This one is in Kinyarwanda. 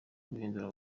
kuyihindura